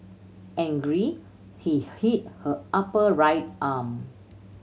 angry he hit her upper right arm